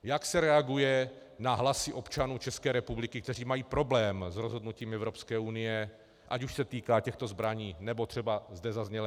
Jak se reaguje na hlasy občanů České republiky, kteří mají problém s rozhodnutím Evropské unie, ať už se to týká těchto zbraní nebo třeba migrace, jak zde zaznělo?